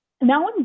now